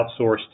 outsourced